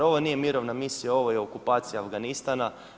Ovo nije mirovna misija, ovo je okupacija Afganistana.